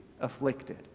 afflicted